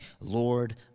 Lord